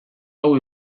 hau